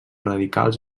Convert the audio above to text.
radicals